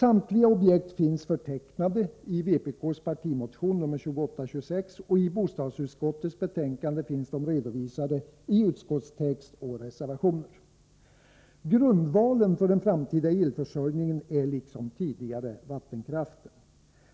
Samtliga objekt finns förtecknade i vpk:s partimotion nr 2826, och i bostadsutskottets betänkande finns de redovisade i utskottstext och reservationer. Grundvalen för den framtida elförsörjningen är, liksom tidigare, vattenkraften.